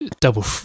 double